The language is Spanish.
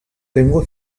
tengo